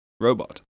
robot